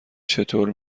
چطور